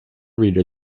reader